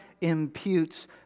imputes